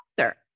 author